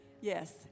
Yes